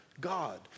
God